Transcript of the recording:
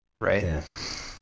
right